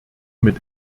mit